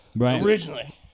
originally